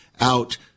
out